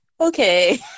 okay